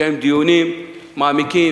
לקיים דיונים מעמיקים,